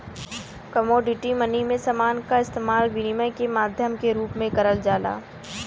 commodity money में समान क इस्तेमाल विनिमय के माध्यम के रूप में करल जाला